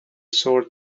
sword